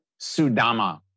Sudama